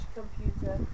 computer